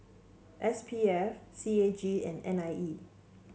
S P F C A G and N I E